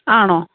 ആണോ